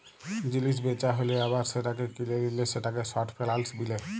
জিলিস বেচা হ্যালে আবার সেটাকে কিলে লিলে সেটাকে শর্ট ফেলালস বিলে